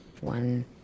one